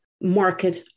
market